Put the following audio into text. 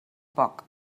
poc